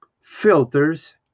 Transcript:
filters